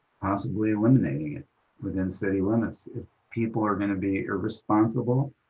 possibly eliminating it within city limits if people are going to be irresponsible,